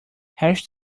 hash